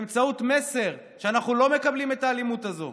באמצעות מסר שאנחנו לא מקבלים את האלימות הזו,